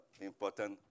important